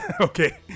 Okay